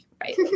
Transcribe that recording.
right